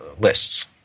lists